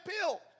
pill